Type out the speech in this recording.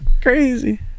crazy